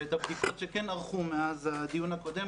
ואת הבדיקות שכן ערכו מאז הדיון הקודם,